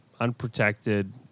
unprotected